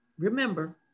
Remember